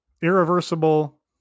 irreversible